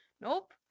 Nope